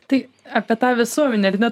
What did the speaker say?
tai apie tą visuomenę ar ne